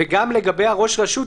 גם לגבי ראש הרשות,